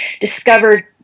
discovered